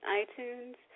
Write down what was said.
iTunes